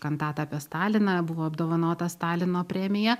kantatą apie staliną buvo apdovanotas stalino premija